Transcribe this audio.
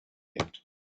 yet